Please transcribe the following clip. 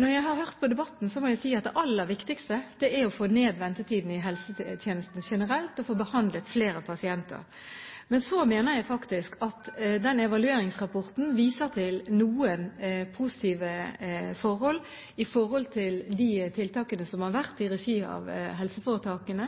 Når jeg har hørt på debatten, må jeg si at det aller viktigste er å få ned ventetiden i helsetjenesten generelt og få behandlet flere pasienter. Men så mener jeg faktisk at den evalueringsrapporten viser til noen positive forhold med tanke på de tiltakene som har vært i regi av helseforetakene,